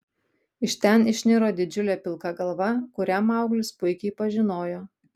iš ten išniro didžiulė pilka galva kurią mauglis puikiai pažinojo